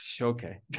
okay